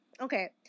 okay